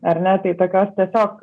ar ne tai tokios tiesiog